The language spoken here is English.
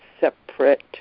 separate